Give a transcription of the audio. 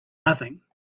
nothing